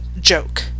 joke